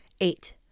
Eight